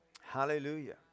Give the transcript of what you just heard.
Hallelujah